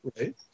Right